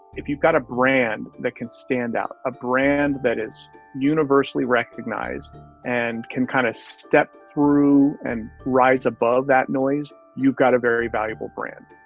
if you've got a brand that can stand out, a brand that is universally recognized and can kind of step through and rise above that noise, you've got a very valuable brand.